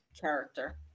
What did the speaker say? character